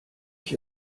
ich